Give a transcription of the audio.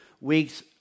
weeks